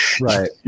right